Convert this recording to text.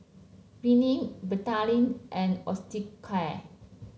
Rene Betadine and Osteocare